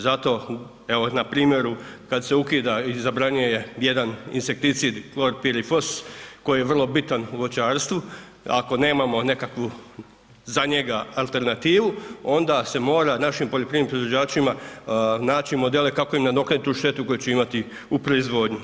Zato evo, na primjeru, kad se ukida ili zabranjuje jedan insekticid, klorpirifos, koji je vrlo bitan u voćarstvu, ako nemamo nekakvu za njega alternativu, onda se mora našim poljoprivrednim proizvođačima naći modele kako im nadoknadit tu štetu koju će imati u proizvodnji.